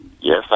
Yes